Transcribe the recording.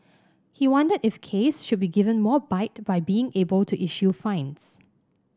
he wondered if case should be given more bite by being able to issue fines